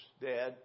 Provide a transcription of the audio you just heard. dad